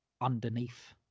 underneath